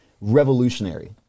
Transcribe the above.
revolutionary